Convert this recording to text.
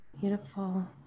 beautiful